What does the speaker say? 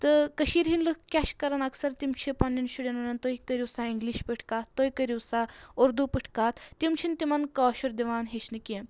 تہٕ کٔشیٖر ہٕنٛدۍ لٕکھ کیاہ چھِ کَرَان اکثر تِم چھِ پَننؠن شُرؠن وَنَان تُہۍ کٔرِو سا اِنٛگلِش پٲٹھۍ کَتھ تُہۍ کٔرِو سا اردوٗ پٲٹھۍ کَتھ تِم چھِنہٕ تِمَن کٲشُر دِوان ہیٚچھنہٕ کینٛہہ